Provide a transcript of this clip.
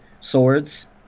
swords